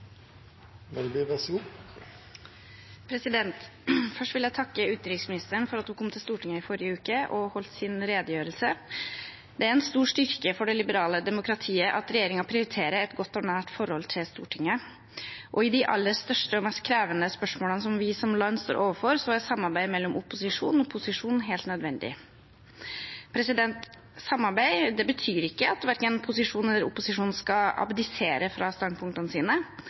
Først vil jeg takke utenriksministeren for at hun kom til Stortinget i forrige uke og holdt sin redegjørelse. Det er en stor styrke for det liberale demokratiet at regjeringen prioriterer et godt og nært forhold til Stortinget, og i de aller største og mest krevende spørsmålene som vi som land står overfor, er samarbeidet mellom opposisjon og posisjon helt nødvendig. Samarbeid betyr ikke at verken posisjon eller opposisjon skal abdisere fra standpunktene sine,